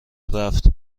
رفت